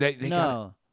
No